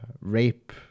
rape